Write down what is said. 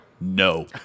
no